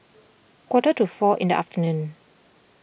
quarter to four in the afternoon